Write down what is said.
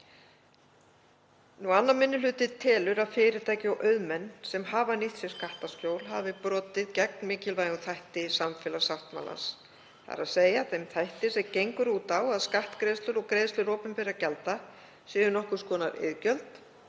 Annar minni hluti telur að fyrirtæki og auðmenn sem hafa nýtt sér skattaskjól hafi brotið gegn mikilvægum þætti samfélagssáttmálans, þ.e. þeim þætti sem gengur út á að skattgreiðslur og greiðslur opinberra gjalda séu nokkurs konar iðgjöld